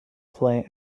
play